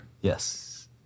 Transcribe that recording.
Yes